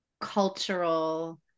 cultural